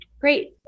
Great